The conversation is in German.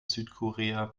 südkorea